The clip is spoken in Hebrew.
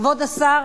כבוד השר,